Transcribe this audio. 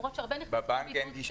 למרות שרבים נכנסו לבידוד.